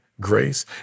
grace